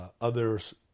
others